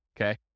Okay